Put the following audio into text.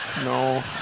No